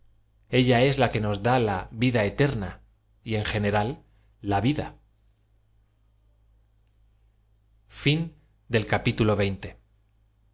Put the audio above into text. ella es la que nos da la v id a eter n a y en general la vida